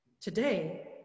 Today